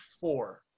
four